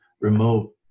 remote